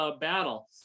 battle